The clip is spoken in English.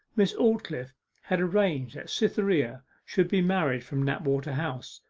miss aldclyffe had arranged that cytherea should be married from knapwater house,